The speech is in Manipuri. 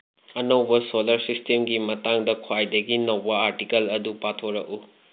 ꯑꯅꯧꯕ ꯁꯣꯂꯔ ꯁꯤꯁꯇꯦꯝꯒꯤ ꯃꯇꯥꯡꯗ ꯈ꯭ꯋꯥꯏꯗꯒꯤ ꯅꯧꯕ ꯑꯥꯔꯇꯤꯀꯜ ꯑꯗꯨ ꯄꯥꯊꯣꯔꯛꯎ